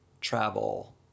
travel